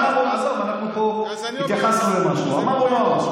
הרי אנחנו פה התייחסנו למשהו: אמר או לא אמר?